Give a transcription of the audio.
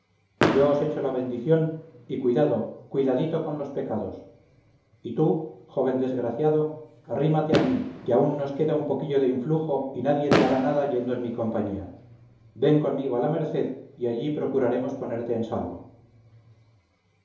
yo os echo la bendición y cuidado cuidadito con los pecados y tú joven desgraciado arrímate a mí que aún nos queda un poquillo de influjo y nadie te hará nada yendo en mi compañía ven conmigo a la merced y allí procuraremos ponerte en salvo